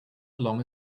along